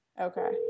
Okay